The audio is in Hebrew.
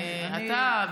אתה,